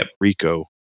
Rico